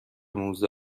موزه